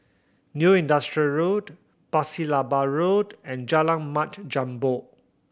New Industrial Road Pasir Laba Road and Jalan Mat Jambol